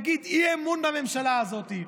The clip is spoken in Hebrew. יביע אי-אמון בממשלה הזאת,